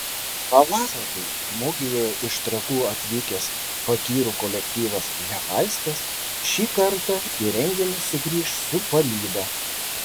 pavasarį mugėje iš trakų atvykęs fakyrų kolektyvas hefaistas šį kartą į renginį sugrįš su palyda